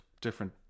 different